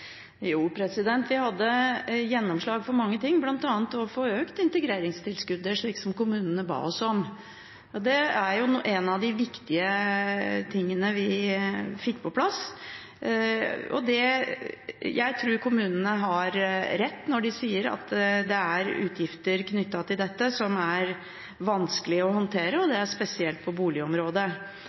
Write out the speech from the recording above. Jo, vi hadde gjennomslag for mange ting, bl.a. å få økt integreringstilskuddet, slik som kommunene ba oss om. Dette er en av de viktige tingene vi fikk på plass, og jeg tror kommunene har rett når de sier at det er utgifter knyttet til dette som er vanskelig å håndtere, spesielt på boligområdet.